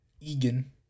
Egan